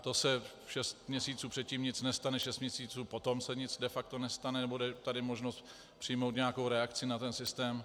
To se šest měsíců předtím nic nestane, šest měsíců potom se nic de facto nestane, nebude tady možnost přijmout nějakou reakci na ten systém.